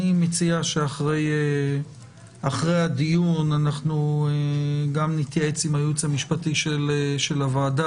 אני מציע שאחרי הדיון אנחנו נתייעץ עם הייעוץ המשפטי של הוועדה